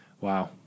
Wow